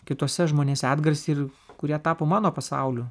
kituose žmonėse atgarsį ir kurie tapo mano pasauliu